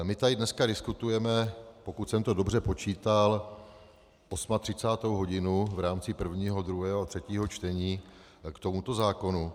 My tady dneska diskutujeme, pokud jsem to dobře počítal, 38. hodinu v rámci prvého, druhého a třetího čtení, k tomuto zákonu.